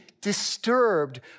disturbed